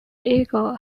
eagle